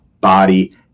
body